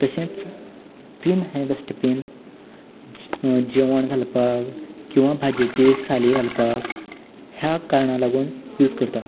तशेंच ग्रीन हें डस्टबीन जेवण घालपाक किंवा भाजयेच्यो साली घालपाक ह्या कारणांक लागून यूज करतात